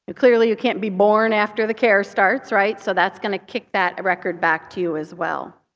but clearly you can't be born after the care starts, right. so that's going to kick that record back to you as well.